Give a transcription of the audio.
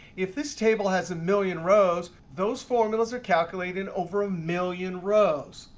if this table has a million rows, those formulas are calculated over a million rows.